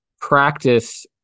practice